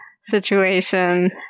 situation